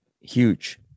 huge